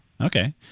Okay